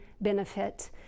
benefit